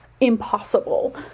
impossible